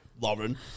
Lauren